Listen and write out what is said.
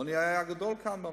העוני היה גדול כאן במדינה,